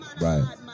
Right